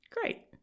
Great